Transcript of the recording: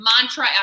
mantra